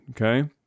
Okay